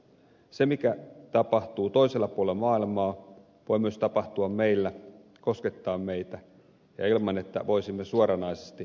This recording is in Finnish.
se mikä tapahtuu toisella puolen maailmaa voi tapahtua myös meillä koskettaa meitä ja ilman että voisimme suoranaisesti asioihin vaikuttaa